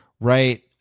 right